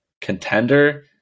contender